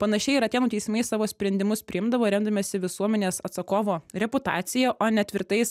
panašiai ir atėnų teismai savo sprendimus priimdavo remdamiesi visuomenės atsakovo reputacija o ne tvirtais